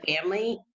family